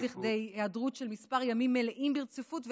לכדי היעדרות של כמה ימים מלאים ברציפות,